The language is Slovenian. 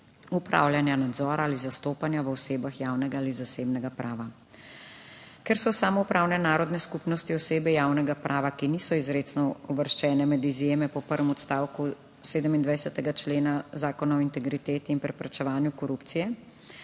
upravljanja, nadzora ali zastopanja v osebah javnega ali zasebnega prava. Ker so samoupravne narodne skupnosti osebe javnega prava, ki niso izrecno uvrščene med izjeme po prvem odstavku 27. člena Zakona o integriteti in preprečevanju korupcije,